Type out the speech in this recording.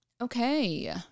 Okay